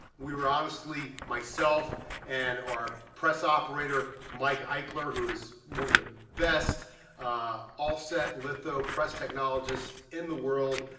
we were honestly myself and our press operator, mike eichler, who is one of the best offset litho press technologists in the world,